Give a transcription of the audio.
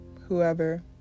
whoever